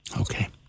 Okay